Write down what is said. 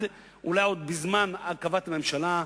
אולי עוד בזמן הרכבת הממשלה,